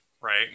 Right